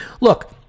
look